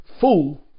fool